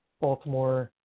Baltimore